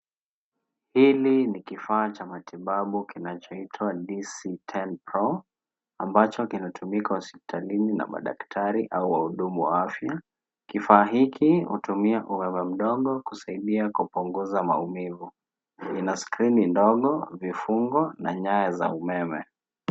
Hili ni kifaa cha matibabu kinachoitwa dc 10 pro ambacho kinatumika hospitalini na madaktari au wahudumu wa afya ,kifaa hiki utumia umeme mdogo kusaidia kupunguza maumivu ina skrini ndogo, vifungo na nyaya za umeme.